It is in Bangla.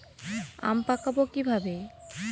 আম পাকাবো কিভাবে?